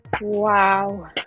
Wow